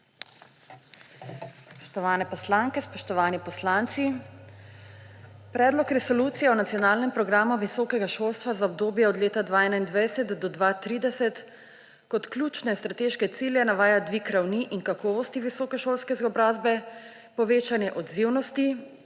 Spoštovane poslanke, spoštovani poslanci! Predlog resolucije o Nacionalnem programu visokega šolstva za obdobje od leta 2021 do 2030 kot ključne strateške cilje navaja dvig ravni in kakovosti visokošolske izobrazbe, povečanje odzivnosti,